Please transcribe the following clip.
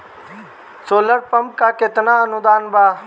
Solar pump पर केतना अनुदान बा?